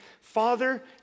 Father